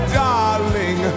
darling